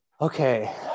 Okay